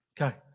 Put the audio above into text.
Okay